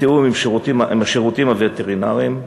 בתיאום עם השירותים הווטרינריים,